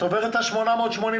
בהתחלה התקרה